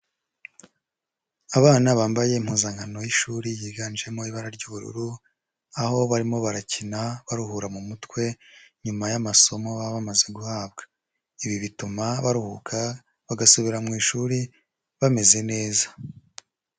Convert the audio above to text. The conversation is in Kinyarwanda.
Abana bambaye impuzankano y'ishuri yiganjemo ibara ry'ubururu, aho barimo barakina baruhura mu mutwe, nyuma y'amasomo baba bamaze guhabwa. Ibi bituma baruhuka, bagasubira mu ishuri bameze neza.